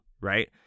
right